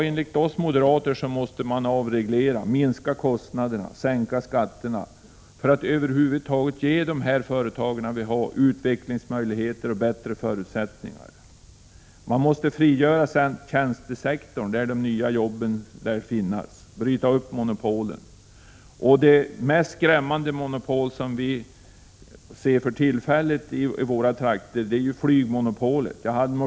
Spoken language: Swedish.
Enligt oss moderater måste man avreglera, minska kostnaderna och sänka skatterna för att över huvud taget ge de företag som finns utvecklingsmöjligheter och bättre förutsättningar. Man måste frigöra tjänstesektorn, där de nya jobben lär finnas, och bryta upp monopolen. Det mest skrämmande monopolet vi ser för tillfället i våra trakter är flygmonopolet.